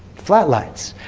flat lines.